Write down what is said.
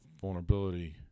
vulnerability